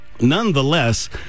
nonetheless